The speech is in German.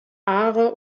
aare